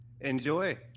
Enjoy